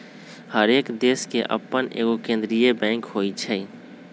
हरेक देश के अप्पन एगो केंद्रीय बैंक होइ छइ